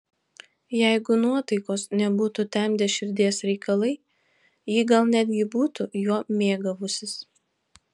jeigu nuotaikos nebūtų temdę širdies reikalai ji gal netgi būtų juo mėgavusis